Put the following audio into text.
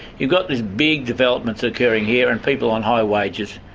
you've got these big developments occurring here and people on high wages,